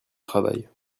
travail